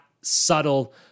subtle